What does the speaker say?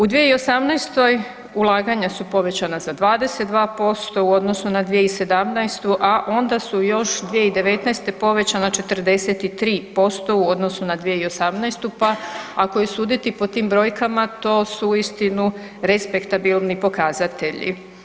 U 2018. ulaganja su povećana za 22% u odnosu na 2017., a onda su još 2019. povećana 43% u odnosu na 2018., pa ako je suditi po tim brojkama to su uistinu respektabilni pokazatelji.